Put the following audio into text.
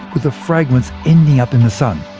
with the fragments ending up in the sun.